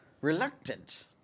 reluctant